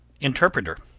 interpreter,